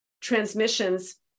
transmissions